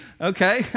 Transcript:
okay